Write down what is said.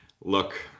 Look